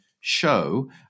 Show